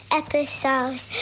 episode